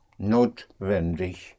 Notwendig